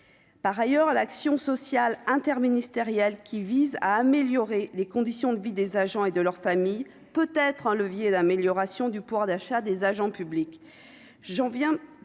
par ailleurs à l'action sociale interministérielle qui vise à améliorer les conditions de vie des agents et de leur famille, peut être un levier d'amélioration du pouvoir d'achat des agents publics,